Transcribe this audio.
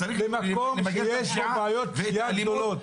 צריך למגר את הפשיעה ואת האלימות.